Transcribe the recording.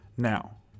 Now